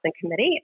committee